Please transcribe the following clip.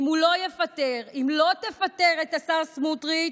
אם לא תפטר את השר סמוטריץ'